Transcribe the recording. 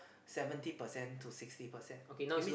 seventy percent to sixty percent mid